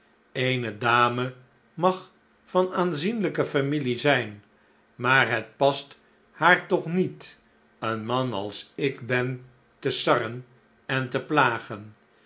eene dame mag van aanzienlijke familie zijn maar het past haar toch niet een man als ik ben te sarren en te plagen